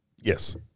Yes